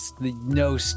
no